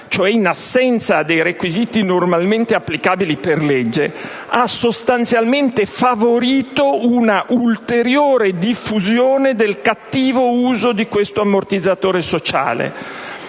cioè in assenza dei requisiti normalmente applicabili per legge, ha sostanzialmente favorito un'ulteriore diffusione del cattivo uso di questo ammortizzatore sociale: